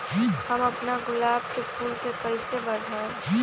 हम अपना गुलाब के फूल के कईसे बढ़ाई?